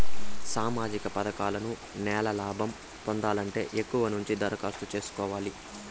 సామాజిక పథకాలను నేను లాభం పొందాలంటే ఎక్కడ నుంచి దరఖాస్తు సేసుకోవాలి?